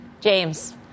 James